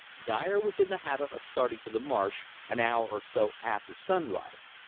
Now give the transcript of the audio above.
dyer was in the habit of starting for the marsh an hour or so after sunrise.